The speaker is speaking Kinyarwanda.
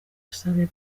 busabe